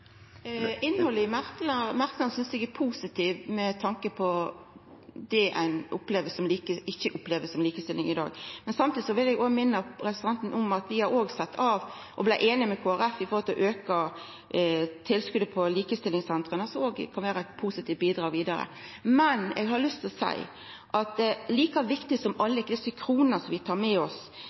Innhaldet i merknaden synest eg er positivt med tanke på det ein ikkje opplever som likestilling i dag. Men samstundes vil eg minna representanten om at vi blei einige med Kristeleg Folkeparti om å auka tilskotet til likestillingssentra, som òg kan vera eit positivt bidrag vidare. Men eg har lyst til å seia at like viktig som alle desse kronene som vi tar med oss,